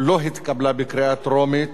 לא התקבלה בקריאה טרומית.